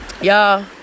y'all